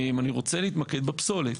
אני רוצה להתמקד בפסולת.